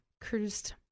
cruised